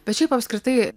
bet šiaip apskritai